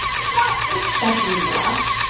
he's not especially buff.